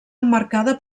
emmarcada